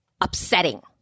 upsetting